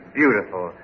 beautiful